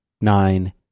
nine